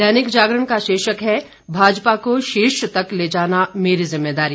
दैनिक जागरण का शीर्षक है भाजपा को शीर्ष तक ले जाना मेरी ज़िम्मेदारी